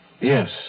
Yes